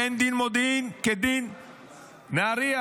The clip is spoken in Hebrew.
ואין דין מודיעין כדין נהריה.